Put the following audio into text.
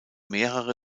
mehrere